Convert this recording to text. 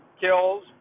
kills